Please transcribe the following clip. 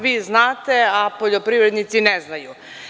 Vi znate, a poljoprivrednici ne znaju.